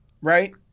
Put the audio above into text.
right